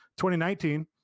2019